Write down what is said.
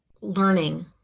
learning